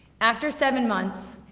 after seven months,